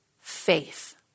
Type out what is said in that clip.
faith